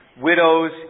widows